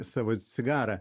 savo cigarą